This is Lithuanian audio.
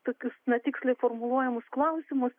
tokius na tiksliai formuluojamus klausimus